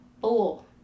full